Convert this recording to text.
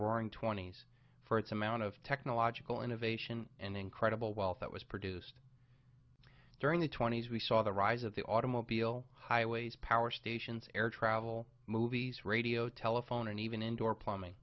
roaring twenty's for its amount of technological innovation and incredible wealth that was produced during the twenty's we saw the rise of the automobile highways power stations air travel movies radio telephone and even indoor plumbing